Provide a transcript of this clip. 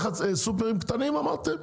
סופרים קטנים אמרתם?